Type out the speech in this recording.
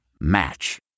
Match